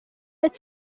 its